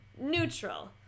neutral